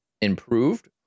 improved